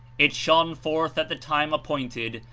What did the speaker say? it shone forth at the time appointed,